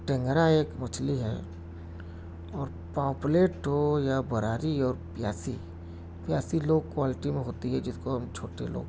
ٹینگرا ایک مچھلی ہے اور پاپلیٹ ہو یا براری اور پیاسی پیاسی لو کوالٹی میں ہوتی ہے جس کو ہم چھوٹے لوگ